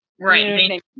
Right